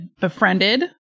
befriended